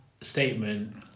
statement